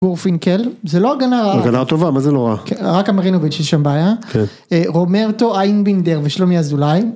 גורפינקל זה לא הגנה טובה אבל זה נורא רק אמרינוביץ שיש שם בעיה. כן. רומרטו אין בינדר ושלומי אזולאי.